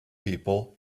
people